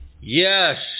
Yes